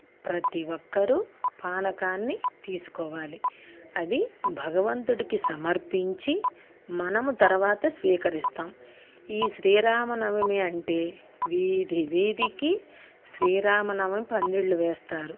ప్రతీ ఒక్కరూ పానకాన్ని తీసుకోవాలి అది భగవంతుడికి సమర్పించి మనము తర్వాత స్వీకరిస్తాం ఈ శ్రీరామనవమి అంటే వీధి వీదికి శ్రీరామనవమి పందిళ్ళు వేస్తారు